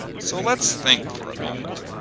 so lets think for a moment.